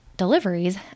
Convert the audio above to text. deliveries